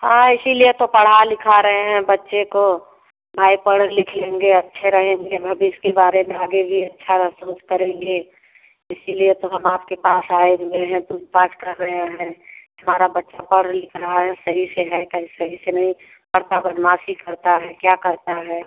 हाँ इसलिए तो पढ़ा लिखा रहे हैं बच्चे को भाई पढ़ लिख लेंगे अच्छे रहेंगे भविष्य के बारे में आगे भी अच्छा महसूस करेंगे इसलिए तो हम आपके पास आए हुए हैं पूछताछ कर रहे हैं कि हमारा बच्चा पढ़ लिख रहा है सही से है के सही से नहीं और क्या बदमासी करता है क्या करता है